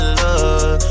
love